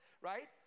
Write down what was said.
right